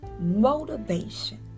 motivation